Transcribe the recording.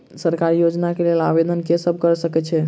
सरकारी योजना केँ लेल आवेदन केँ सब कऽ सकैत अछि?